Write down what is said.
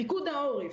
פיקוד העורף,